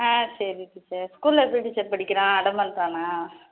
ஆ சரிங்க டீச்சர் ஸ்கூலில் எப்படி டீச்சர் படிக்கிறான் அடம் பண்ணுறானா